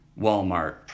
Walmart